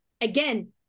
again